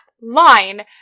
line